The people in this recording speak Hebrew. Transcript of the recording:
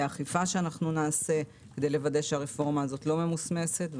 אכיפה שנעשה כדי לוודא שהרפורמה הזאת לא ממוסמסת.